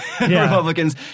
Republicans